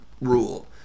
rule